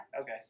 Okay